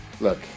look